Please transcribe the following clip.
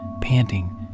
panting